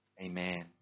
Amen